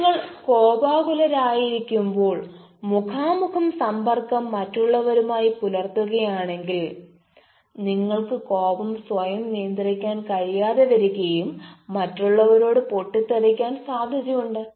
പക്ഷേ നിങ്ങൾ കോപാകുലരായിയിരിക്കുമ്പോൾ മുഖാമുഖം സമ്പർക്കം മറ്റുള്ളവരുമായി പുലർത്തുകയാണെങ്കിൽ നിങ്ങൾക്ക് കോപം സ്വയം നിയന്ത്രിക്കാൻ കഴിയാതെ വരികയും മറ്റുള്ളവരോട് പൊട്ടിത്തെറിക്കാൻ സാധ്യതയുണ്ട്